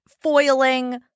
foiling